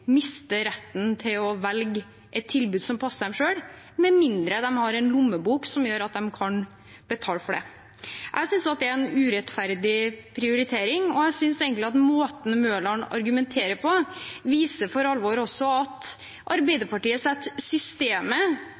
med mindre de har en lommebok som gjør at de kan betale for det. Jeg synes at det er en urettferdig prioritering, og jeg synes egentlig at måten Mørland argumenterer på, for alvor viser at Arbeiderpartiet setter systemet